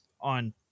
on